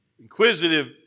inquisitive